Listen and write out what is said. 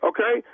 Okay